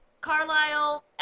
Carlisle